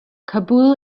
kabul